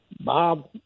Bob –